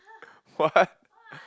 what